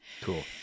Cool